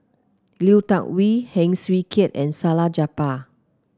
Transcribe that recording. Lui Tuck Yew Heng Swee Keat and Salleh Japar